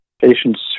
patients